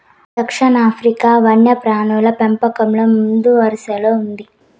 దక్షిణాఫ్రికా వన్యప్రాణుల పెంపకంలో ముందువరసలో ఉంది